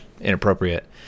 inappropriate